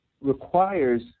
requires